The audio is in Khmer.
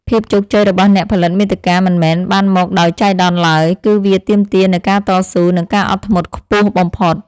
ភាពជោគជ័យរបស់អ្នកផលិតមាតិកាមិនមែនបានមកដោយចៃដន្យឡើយ គឺវាទាមទារនូវការតស៊ូនិងការអត់ធ្មត់ខ្ពស់បំផុត។